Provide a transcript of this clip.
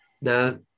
Now